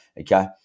okay